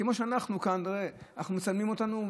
כמו שכאן מצלמים אותנו,